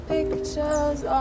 pictures